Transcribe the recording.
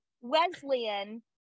Wesleyan